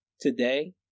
today